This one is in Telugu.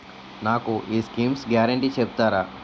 నాకు ఈ స్కీమ్స్ గ్యారంటీ చెప్తారా?